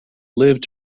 lived